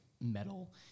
metal